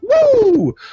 Woo